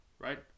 right